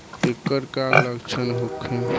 ऐकर का लक्षण होखे?